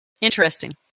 Interesting